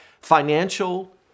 financial